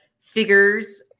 figures